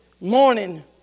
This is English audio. morning